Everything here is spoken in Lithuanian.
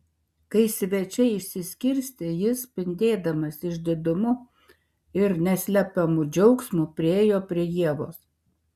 kai svečiai išsiskirstė jis spindėdamas išdidumu ir neslepiamu džiaugsmu priėjo prie ievos